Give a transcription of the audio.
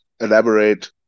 elaborate